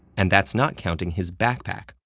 and that's not counting his backpack,